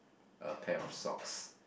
a pair of socks